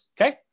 okay